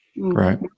right